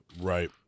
right